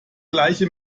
gleiche